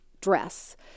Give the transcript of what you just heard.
dress